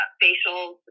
facials